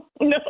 No